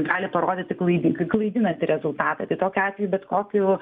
gali parodyti klaidingai klaidinantį rezultatą tai tokiu atveju bet kokiu